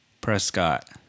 Prescott